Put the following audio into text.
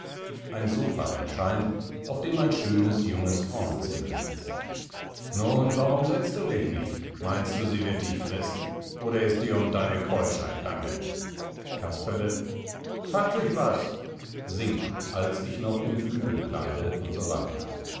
ein sopha erscheint auf dem ein schönes junges frauenzimmer sitzt nun warum setzst du dich nicht meinst du sie wird dich freßen oder ist dir um deine keuschheit bange casperle s hat sich was singt als ich noch im flügelkleide u s